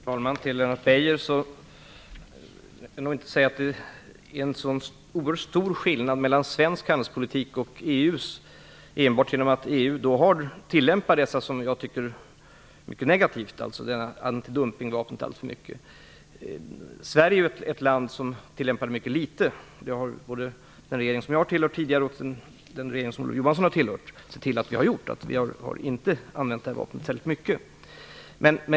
Herr talman! Jag vill nog inte, Lennart Beijer, säga att skillnaden mellan svensk handelspolitik och EU:s är så oerhört stor enbart därigenom att EU på ett i mitt tycke mycket negativt sätt tillämpar detta antidumpningsvapen alltför mycket. Sverige är ett land som tillämpar det mycket litet. Både den regering som jag tillhörde tidigare och den regering som Olof Johansson tillhörde har sett till att vi inte har använt det här vapnet särskilt mycket.